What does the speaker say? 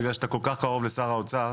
בגלל שאתה כל כך קרוב לשר האוצר,